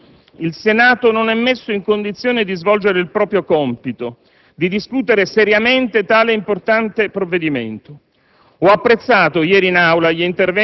Rimarco il mio disagio: il Senato non è messo in condizione di svolgere il proprio compito, di discutere seriamente tale importante provvedimento.